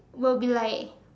will be like